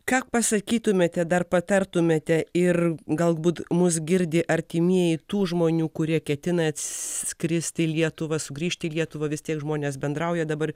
ką pasakytumėte dar patartumėte ir galbūt mus girdi artimieji tų žmonių kurie ketina atskristi į lietuvą sugrįžti į lietuvą vis tiek žmonės bendrauja dabar